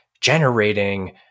generating